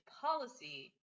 policy